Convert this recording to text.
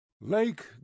lake